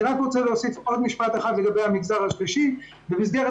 אני רק רוצה להוסיף עוד משפט אחד לגבי המגזר השלישי: במסגרת